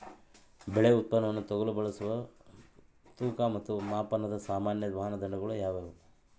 ಬೆಳೆ ಉತ್ಪನ್ನವನ್ನು ತೂಗಲು ಬಳಸುವ ತೂಕ ಮತ್ತು ಮಾಪನದ ಸಾಮಾನ್ಯ ಮಾನದಂಡಗಳು ಯಾವುವು?